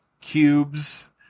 cubes